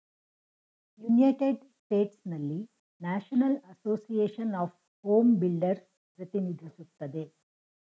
united ಸ್ಟೇಟ್ಸ್ನಲ್ಲಿ national association of home builders ಪ್ರತಿನಿಧಿಸುತ್ತದೆ